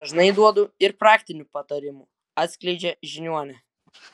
dažnai duodu ir praktinių patarimų atskleidžia žiniuonė